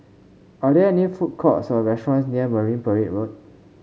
are there any food courts or restaurants near Marine Parade Road